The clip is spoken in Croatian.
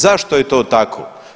Zašto je to tako?